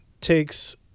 takes